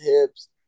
hips